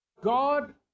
God